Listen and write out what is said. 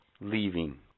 Leaving